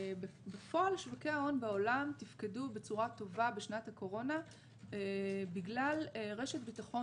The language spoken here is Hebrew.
בפועל שווקי ההון בעולם תפקדו בצורה טובה בשנת הקורונה בגלל רשת ביטחון